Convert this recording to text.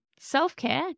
Self-care